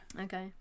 Okay